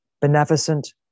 beneficent